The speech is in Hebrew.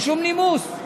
משום נימוס.